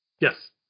Yes